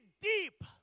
deep